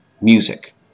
music